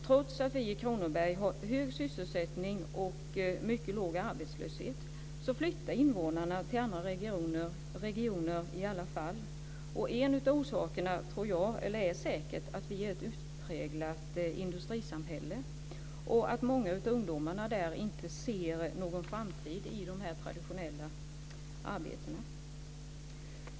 Trots att vi i Kronoberg har hög sysselsättning och mycket låg arbetslöshet så flyttar invånarna till andra regioner. En av orsakerna är säkert att vi är ett utpräglat industrisamhälle. Många av ungdomarna ser ingen framtid i de traditionella arbetena.